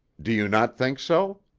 do you not think so?